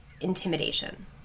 intimidation